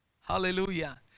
Hallelujah